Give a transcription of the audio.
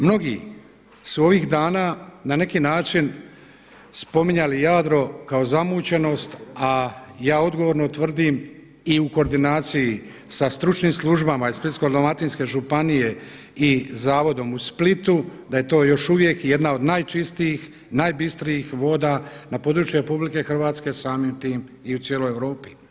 Mnogi su ovih dana na neki način spominjali Jadro kao zamućenost, a ja odgovorno tvrdim i u koordinaciji sa stručnim službama i Splitsko-dalmatinske županije i zavodom u Splitu da je to još uvijek jedna od najčistijih, najbistrijih voda na području RH samim tim i u cijeloj Europi.